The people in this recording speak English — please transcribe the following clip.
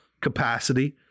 capacity